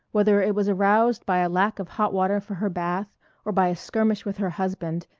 whether it was aroused by a lack of hot water for her bath or by a skirmish with her husband,